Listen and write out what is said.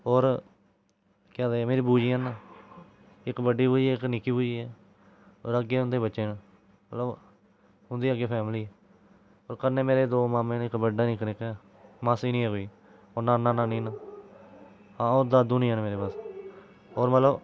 होर केह् आखदे न मेरियां बूजियां न इक बड्डी बूजी इक निक्की बूजी ऐ होर अग्गे उं'दे बच्चे न मतलब उं'दी अग्गें फैमिली कन्नै मेरे दो मामे न इक बड्डा इक निक्का मासी नी ऐ कोई होर नाना नानी न आहो दादू नी ऐ न मेरे बस होर मतलब